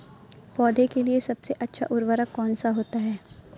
पौधे के लिए सबसे अच्छा उर्वरक कौन सा होता है?